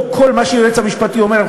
לא כל מה שהיועץ המשפטי אומר,